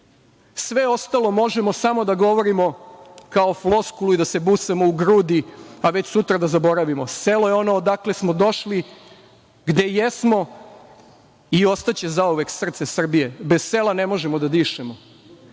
Sve ostalo možemo samo da govorimo kao floskulu i da se busamo u grudi, a već sutra da zaboravimo. Selo je ono odakle smo došli, gde jesmo i ostaće zauvek srce Srbije. Bez sela ne možemo da dišemo. Govorim